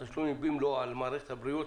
על מערכת הבריאות